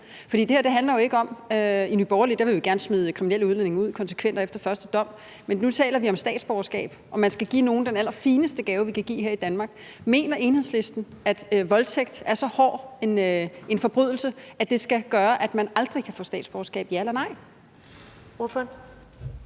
om kriminelle udlændinge – og i Nye Borgerlige vil vi gerne smide kriminelle udlændinge ud konsekvent og efter første dom. Men nu taler vi om statsborgerskab, og at man skal give nogen den allerfineste gave, vi kan give her i Danmark. Mener Enhedslisten, at voldtægt er så hård en forbrydelse, at det skal gøre, at man aldrig kan få statsborgerskab – ja eller nej? Kl.